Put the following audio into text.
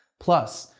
plus,